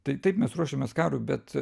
tai taip mes ruošėmės karui bet